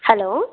hello